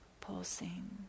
pulsing